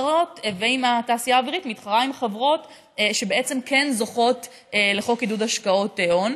התעשייה האווירית מתחרה בחברות שכן זוכות לחוק עידוד השקעות הון,